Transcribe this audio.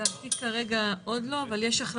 לדעתי כרגע עוד לא, אבל יש החלטת ממשלה.